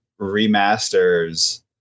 remasters